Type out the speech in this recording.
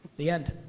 the end.